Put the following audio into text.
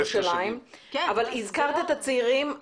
הזכרת את הצעירים.